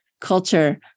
culture